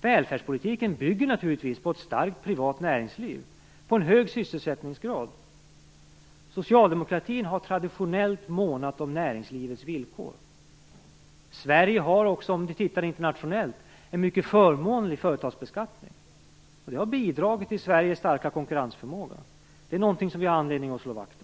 Välfärdspolitiken bygger naturligtvis på ett starkt privat näringsliv och på en hög sysselsättningsgrad. Socialdemokratin har traditionellt månat om näringslivets villkor. Sverige har, också om vi tittar internationellt, en mycket förmånlig företagsbeskattning. Det har bidragit till Sveriges starka kokurrensförmåga. Det är något som vi har anledning att slå vakt om.